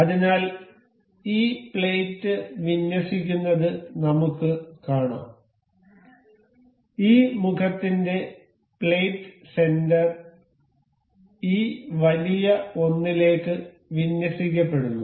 അതിനാൽ ഈ പ്ലേറ്റ് വിന്യസിക്കുന്നത് നമുക്ക് കാണാം ഈ മുഖത്തിന്റെ പ്ലേറ്റ് സെന്റർ ഈ വലിയ ഒന്നിലേക്ക് വിന്യസിക്കപ്പെടുന്നു